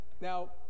Now